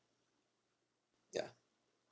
yeah